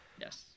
yes